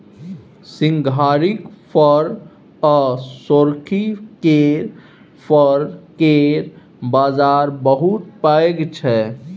सिंघारिक फर आ सोरखी केर फर केर बजार बहुत पैघ छै